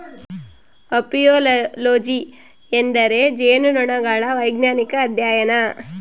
apiology ಎಂದರೆ ಜೇನುನೊಣಗಳ ವೈಜ್ಞಾನಿಕ ಅಧ್ಯಯನ